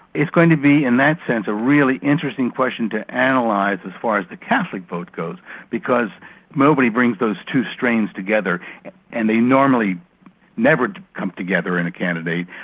it's going to be, in that sense, a really interesting question to and analyse as far as the catholic vote goes because nobody brings those two strains together and they normally never come together in a candidate.